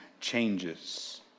changes